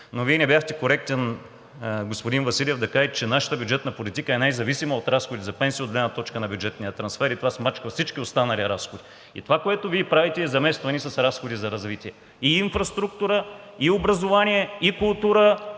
но Вие не бяхте коректен, господин Василев, да кажете, че нашата бюджетна политика е най-зависима от разходи за пенсии от гледна точка на бюджетния трансфер и това смачква всички останали разходи и това, което Вие правите, е заместване с разходи за развитие – и инфраструктура, и образование, и култура,